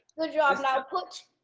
good job now put.